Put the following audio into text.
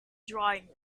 drawing